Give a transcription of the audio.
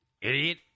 Idiot